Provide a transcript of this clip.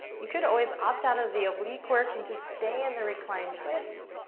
you could always opt out of the oblique work and just stay in the reclined twist.